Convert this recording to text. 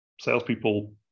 salespeople